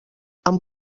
amb